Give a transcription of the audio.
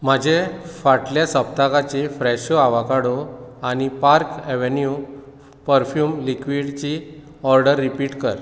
म्हजे फाटले सप्तकाची फ्रॅशो आवोकाडो आनी पार्क अव्हेन्यू पर्फ्युम लिक्विडची ऑर्डर रिपीट कर